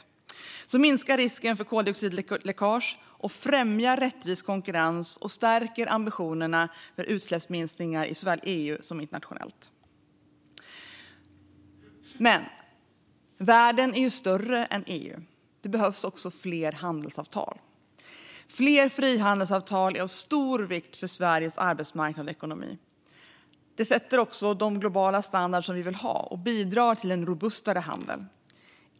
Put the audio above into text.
En sådan minskar risken för koldioxidläckage, främjar rättvis konkurrens och stärker ambitionerna för utsläppsminskningar såväl i EU som internationellt. Men världen är större än EU, och det behövs fler handelsavtal. Fler frihandelsavtal är av stor vikt för Sveriges arbetsmarknad och ekonomi. De sätter också de globala standarder som vi vill ha och bidrar till en robustare handel.